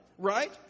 right